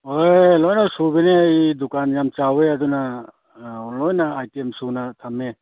ꯍꯣꯏ ꯂꯣꯏꯅ ꯁꯨꯕꯤꯅꯤ ꯑꯩ ꯗꯨꯀꯥꯟ ꯌꯥꯝ ꯆꯥꯎꯋꯦ ꯑꯗꯨꯅ ꯂꯣꯏꯅ ꯑꯥꯏꯇꯦꯝ ꯁꯨꯅ ꯊꯝꯃꯦ